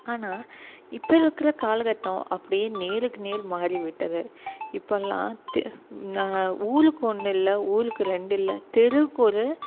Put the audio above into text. ஆனால் இப்போ இருக்கிற காலகட்டம் அப்படியே நேருக்கு நேர் மாறிவிட்டது இப்போதெல்லாம் ஊருக்கு ஒன்றில்ல ஊருக்கு ரெண்டில்ல தெருவுக்கு ஒரு